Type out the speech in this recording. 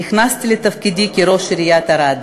נכנסתי לתפקידי כראש עיריית ערד.